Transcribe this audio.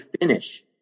finish